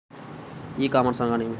ఈ కామర్స్ అనగా నేమి?